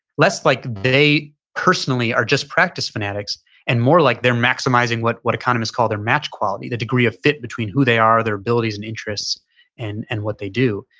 less like they personally are just practice fanatics and more like they're maximizing what what economists call their match quality. the degree of fit between who they are, their abilities and interests and and what they do.